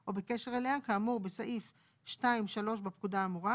או בקשר אליה כאמור בסעיף 2(3) בפקודה האמורה,